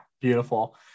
beautiful